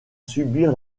subir